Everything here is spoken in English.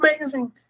amazing